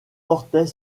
portait